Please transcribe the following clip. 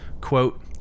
Quote